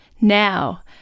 Now